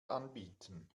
anbieten